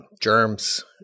Germ's